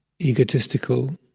egotistical